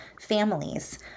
families